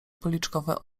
policzkowe